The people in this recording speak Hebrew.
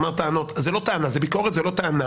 זאת ביקורת ולא טענה.